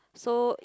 so it